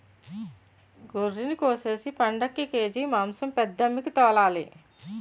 గొర్రినికోసేసి పండక్కి కేజి మాంసం పెద్దమ్మికి తోలాలి